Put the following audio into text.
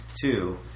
Two